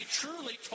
truly